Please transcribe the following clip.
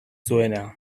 zuena